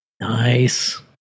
Nice